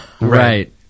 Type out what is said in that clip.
Right